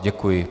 Děkuji.